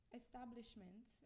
establishment